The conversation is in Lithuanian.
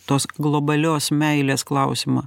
tos globalios meilės klausimą